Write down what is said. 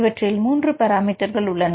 இவற்றில் மூன்று பராமீட்டர்கள் உள்ளன